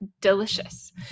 delicious